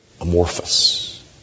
amorphous